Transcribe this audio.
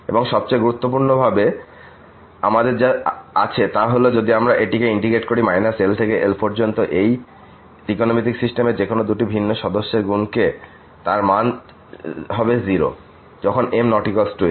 এবং সবচেয়ে গুরুত্বপূর্ণভাবে আমাদের যা আছে তা হল যদি আমরা এখানে ইন্টিগ্রেট করি l থেকে l পর্যন্ত এই ত্রিকোণমিতিক সিস্টেমের যেকোনো দুটি ভিন্ন সদস্যের গুণকে তখন মান হবে 0 যখন m ≠ n